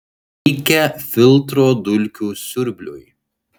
reikia filtro dulkių siurbliui